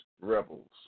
rebels